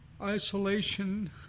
isolation